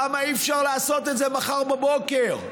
למה אי-אפשר לעשות את זה מחר בבוקר?